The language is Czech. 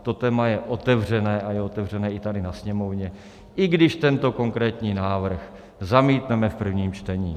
To téma je otevřené a je otevřené i tady na Sněmovně, i když tento konkrétní návrh zamítneme v prvním čtení.